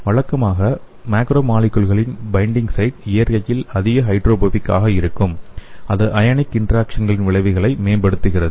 வழக்கமாக மேக்ரோமாலிகுள்களின் binding site இயற்கையில் அதிக ஹைட்ரோபோபிக் ஆக இருக்கும் இது அயனிக் இன்டராக்சனின் விளைவுகளை மேம்படுத்துகிறது